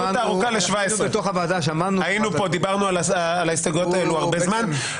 הארוכה ל-17...היינו פה ודיברנו על ההסתייגויות האלה הרבה זמן.